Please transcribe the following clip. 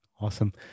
Awesome